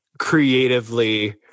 creatively